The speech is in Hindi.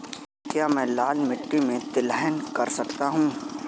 क्या मैं लाल मिट्टी में तिलहन कर सकता हूँ?